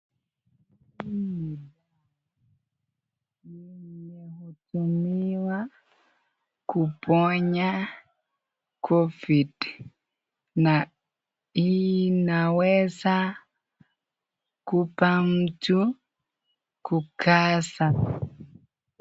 Hii ni dawa inayotumiwa kuponya covid na inaweza kumpa mtu kukaa sana.